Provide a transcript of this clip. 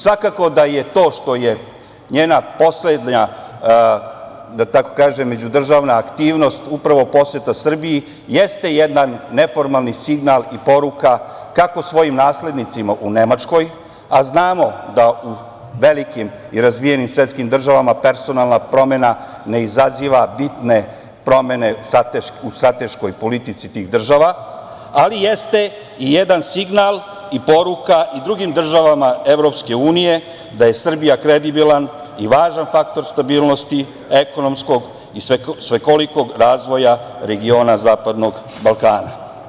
Svakako da to što je njena poslednja, da tako kažem međudržavna aktivnost, upravo poseta Srbiji, jeste jedan neformalni signal i poruka kako svojim naslednicima u Nemačkoj, a znamo da u velikim i razvijenim svetskim državama, personalna promena ne izaziva bitne promene u strateškoj politici tih država, ali jeste i jedan signal i poruka i drugim državama EU, da je Srbija kredibilan i važan faktor stabilnosti ekonomskog i svekolikog razvoja regiona zapadnog Balkana.